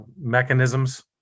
mechanisms